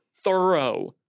thorough